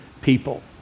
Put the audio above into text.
people